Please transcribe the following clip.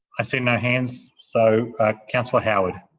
i see no hands so councillor howard.